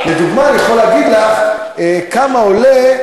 אני יכול להגיד לך כמה עולה,